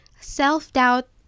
self-doubt